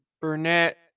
Burnett